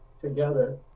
together